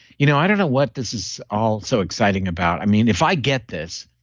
you know, i don't know what this is all so exciting about. i mean if i get this,